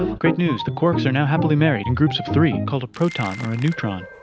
great news! the quarks are now happily married in groups of three called a proton, or a neutron,